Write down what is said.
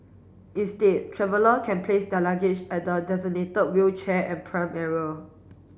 instead traveller can place their luggage at the designated wheelchair and pram area